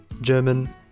German